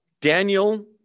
Daniel